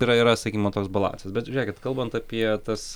yra yra sakykime toks balansas bet žiūrėkit kalbant apie tas